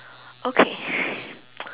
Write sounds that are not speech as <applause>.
okay <noise>